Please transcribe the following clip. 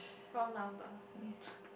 wrong number